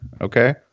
okay